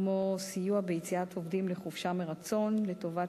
כמו סיוע ביציאת עובדים לחופשה מרצון לטובת